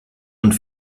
und